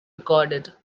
recorded